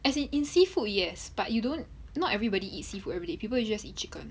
as in in seafood yes but you don't not everybody eat seafood everyday people usually just eat chicken